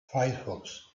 firefox